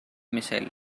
missile